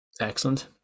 Excellent